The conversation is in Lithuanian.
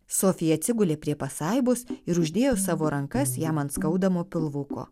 sofija atsigulė prie pasaibos ir uždėjo savo rankas jam ant skaudamo pilvuko